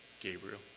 Gabriel